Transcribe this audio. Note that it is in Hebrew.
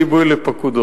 לתת גיבוי לפקודו.